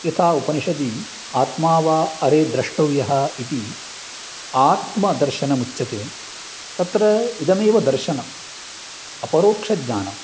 यथा उपनिशदि आत्मा वा अरे द्रष्टव्यः इति आत्मदर्शनम् उच्यते तत्र इदमेव दर्शनम् अपरोक्षज्ञानं